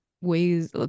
ways